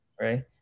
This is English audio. right